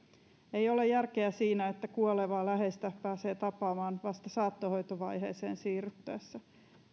ei ole järkeä siinä että kuolevaa läheistä pääsee tapaamaan vasta saattohoitovaiheeseen siirryttäessä